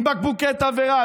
עם בקבוקי תבערה,